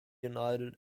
united